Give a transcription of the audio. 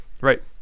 Right